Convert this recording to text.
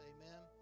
Amen